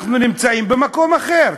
אנחנו נמצאים במקום אחר.